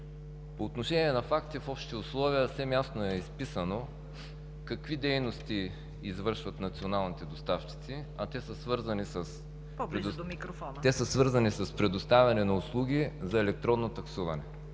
По отношение на фактите, в общите условия съвсем ясно е изписано какви дейности извършват националните доставчици, а те са свързани с предоставяне на услуги за електронно таксуване.